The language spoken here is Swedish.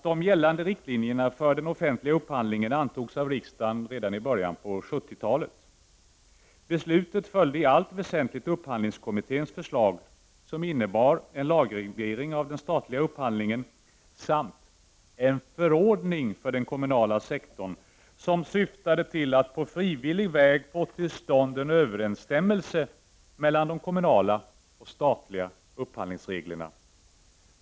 De gällande riktlinjerna för den offentliga upphandlingen antogs av riksdagen redan i början av 1970-talet. Beslutet följde i allt väsentligt upphandlingskommitténs förslag, som innebar en lagreglering av den statliga upphandlingen samt en förordning för den kommunala sektorn som syftade till att på frivillig väg få till stånd en överensstämmelse mellan de kommunala och statliga upphandlingsreglerna.